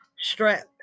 strength